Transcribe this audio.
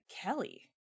Kelly